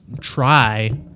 try